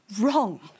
wrong